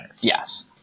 Yes